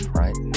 right